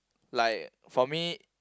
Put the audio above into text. like for me